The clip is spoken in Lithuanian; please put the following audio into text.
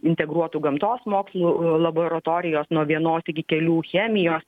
integruotų gamtos mokslų laboratorijos nuo vienos iki kelių chemijos